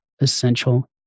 essential